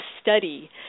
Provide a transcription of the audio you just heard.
study